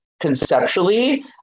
conceptually